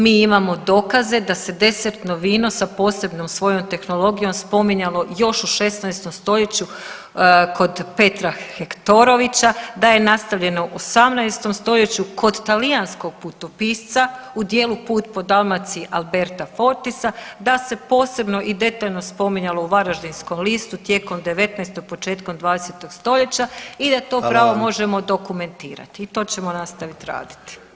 Mi imamo dokaze da se desertno vino s posebnom svojom tehnologijom spominjalo još u 16. stoljeću kod Petra Hektorovića, da je nastavljeno u 18. stoljeću kod talijanskog putopisca u dijelu Put po Dalmaciji Alberta Fortisa, da se posebno i detaljno spominjalo u Varaždinskom listu tijekom 19. i početkom 20. stoljeća i da to pravo [[Upadica: Hvala vam.]] možemo dokumentirati i to ćemo nastaviti raditi.